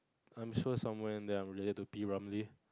I'm sure somewhere that I'm related to